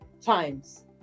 times